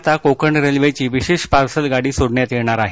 आता कोकण रेल्वेची विशेष पार्सल गाडी येणार आहे